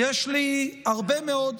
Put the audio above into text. יש לי הרבה מאוד.